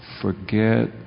forget